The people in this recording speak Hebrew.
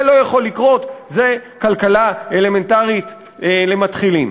זה לא יכול לקרות, זאת כלכלה אלמנטרית למתחילים.